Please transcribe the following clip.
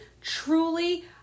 truly